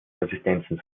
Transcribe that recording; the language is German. resistenzen